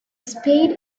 spade